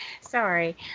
Sorry